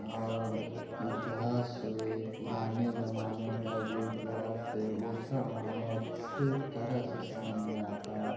और ए इतिहास हुए पुराने ज़माने का जो इतिहास है वो सब हमें अच्छे तरह से समझ में आता है